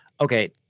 okay